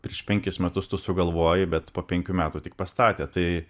prieš penkis metus tu sugalvoji bet po penkių metų tik pastatė tai